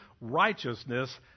righteousness